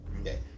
Okay